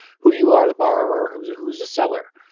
who you are the borrower, who's who's the seller,